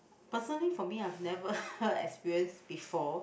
personally for me I've never experienced before